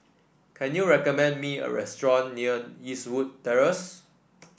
can you recommend me a restaurant near Eastwood Terrace